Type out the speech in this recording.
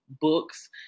books